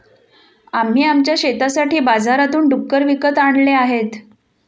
आम्ही आमच्या शेतासाठी बाजारातून डुक्कर विकत आणले आहेत